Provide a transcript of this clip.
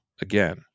again